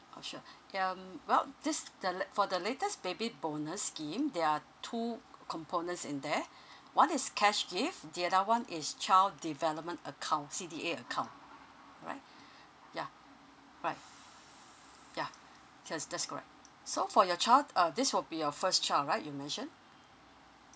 oh sure ya um well this the la~ for the latest baby bonus scheme there are two c~ components in there one is cash gift the other one is child development account C_D_A account alright yeah alright yeah because that's correct so for your child uh this will be your first child right you mention